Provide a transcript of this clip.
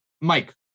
mike